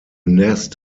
nest